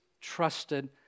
trusted